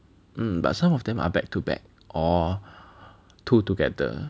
mm but some of them are back to back or two together